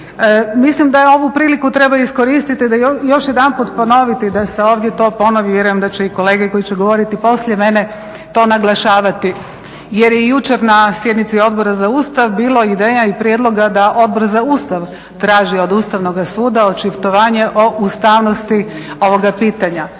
Mislim da ovu priliku treba iskoristiti i još jedanput ponoviti da se ovdje to ponovi, vjerujem da će i kolege koji će govoriti poslije mene to naglašavati, jer je i jučer na sjednici Odbora za Ustav bilo ideja i prijedloga da Odbor za Ustav traži od Ustavnoga suda očitovanje o ustavnosti ovoga pitanja.